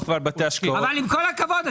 ועל בתי השקעות --- עם כל הכבוד,